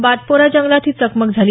बातपोरा जंगलात ही चकमक झाली